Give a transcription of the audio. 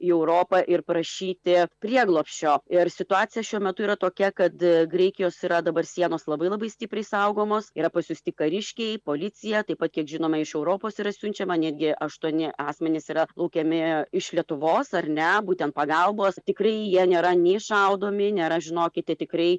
į europą ir prašyti prieglobsčio ir situacija šiuo metu yra tokia kad graikijos yra dabar sienos labai labai stipriai saugomos yra pasiųsti kariškiai policija taip pat kiek žinome iš europos yra siunčiama netgi aštuoni asmenys yra laukiami iš lietuvos ar ne būtent pagalbos tikrai jie nėra nei šaudomi nėra žinokite tikrai